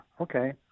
okay